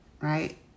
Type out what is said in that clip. right